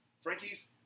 Frankie's